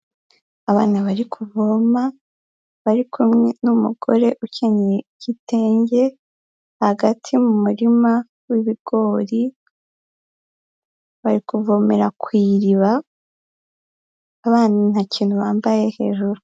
Abana bari kuvoma bari kumwe n'umugore ukinyeye igitenge, hagati mu murima w'ibigori, bari kuvomera ku iriba, abana nta kintu bambaye hejuru.